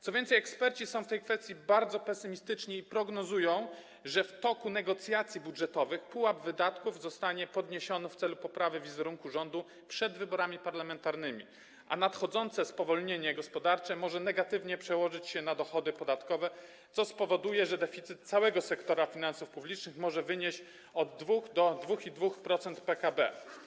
Co więcej, eksperci są w tej kwestii bardzo pesymistyczni i prognozują, że w toku negocjacji budżetowych pułap wydatków zostanie podniesiony w celu poprawy wizerunku rządu przed wyborami parlamentarnymi, a nadchodzące spowolnienie gospodarcze może negatywnie przełożyć się na dochody podatkowe, co spowoduje, że deficyt całego sektora finansów publicznych może wynieść 2–2,2% PKB.